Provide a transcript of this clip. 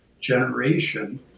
generation